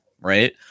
right